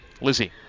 Lizzie